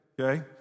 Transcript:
okay